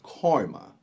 karma